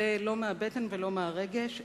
זה לא מהבטן ולא מהרגש,